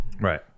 right